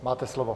Máte slovo.